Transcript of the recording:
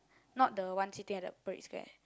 not the one sitting at the Parade Square